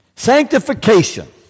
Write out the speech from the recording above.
Sanctification